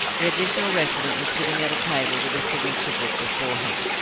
the additional resident was sitting at a table with the signature book before him.